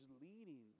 leading